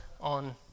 on